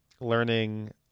learning